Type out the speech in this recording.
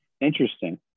Interesting